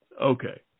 Okay